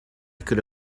could